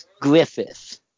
Griffith